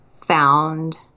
found